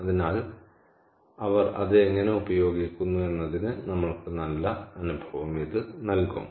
അതിനാൽ അവർ അത് എങ്ങനെ ഉപയോഗിക്കുന്നു എന്നതിന് നമ്മൾക്ക് ഒരു നല്ല അനുഭവവും ഇത് നൽകും